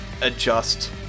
adjust